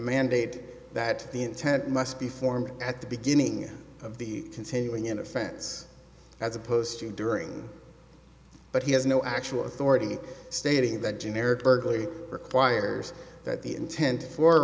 mandate that the intent must be formed at the beginning of the continuing in offense as opposed to during but he has no actual authority stating that generic burglary requires that the intent fo